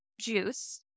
juice